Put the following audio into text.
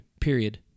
period